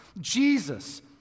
Jesus